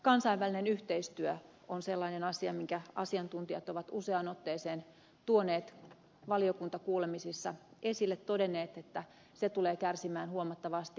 kansainvälinen yhteistyö on sellainen asia minkä asiantuntijat ovat useaan otteeseen tuoneet valiokuntakuulemisissa esille todenneet että se tulee kärsimään huomattavasti